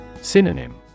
Synonym